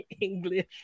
English